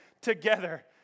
together